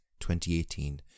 2018